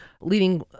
leading